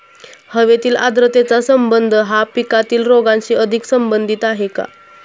हवेतील आर्द्रतेचा संबंध हा पिकातील रोगांशी अधिक संबंधित आहे का?